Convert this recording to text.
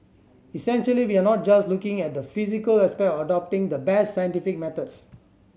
essentially we are not just looking at the physical aspect of adopting the best scientific methods